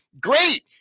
Great